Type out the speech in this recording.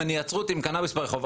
אם יעצרו אותי עם קנביס ברחוב,